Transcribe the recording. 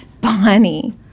Bonnie